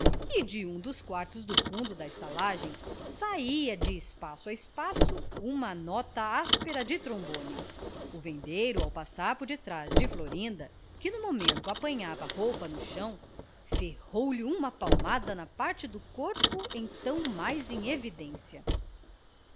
e de um dos quartos do fundo da estalagem saia de espaço a espaço uma nota áspera de trombone o vendeiro ao passar por detrás de florinda que no momento apanhava roupa do chão ferrou lhe uma palmada na parte do corpo então mais em evidência